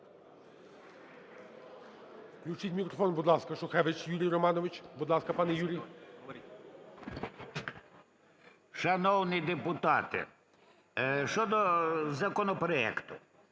Шановні депутати, щодо законопроекту.